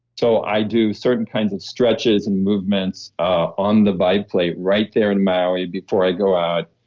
so i do certain kinds of stretches and movements on the vibe plate right there in maui before i go out.